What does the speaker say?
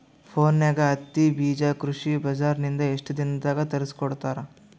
ಫೋನ್ಯಾಗ ಹತ್ತಿ ಬೀಜಾ ಕೃಷಿ ಬಜಾರ ನಿಂದ ಎಷ್ಟ ದಿನದಾಗ ತರಸಿಕೋಡತಾರ?